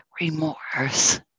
remorse